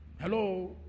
Hello